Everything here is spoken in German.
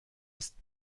ist